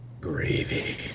Gravy